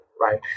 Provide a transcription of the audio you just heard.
right